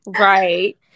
right